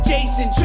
Jason